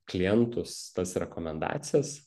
klientus tas rekomendacijas